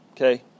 okay